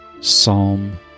Psalm